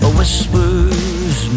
whispers